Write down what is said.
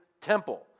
temple